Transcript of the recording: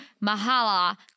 Mahala